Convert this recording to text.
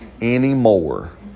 anymore